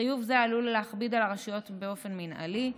חיוב זה עלול להכביד על הרשויות באופן מינהלי,